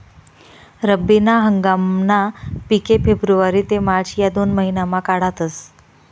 रब्बी ना हंगामना पिके फेब्रुवारी ते मार्च या दोन महिनामा काढातस